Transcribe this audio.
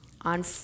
on